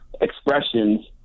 expressions